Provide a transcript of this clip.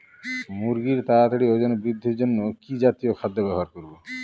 মুরগীর তাড়াতাড়ি ওজন বৃদ্ধির জন্য কি জাতীয় খাদ্য ব্যবহার করব?